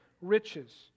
riches